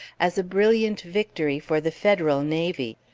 as a brilliant victory for the federal navy.